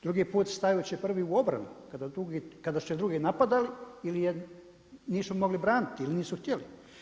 Drugi put stajući prvi u obranu kada su je drugi napadali ili je nisu mogli braniti ili nisu htjeli.